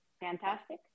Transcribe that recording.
Fantastic